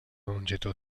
longitud